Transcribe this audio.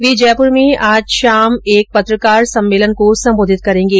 वे जयपुर में आज शाम एक पत्रकार सम्मेलन को संबोधित करेंगे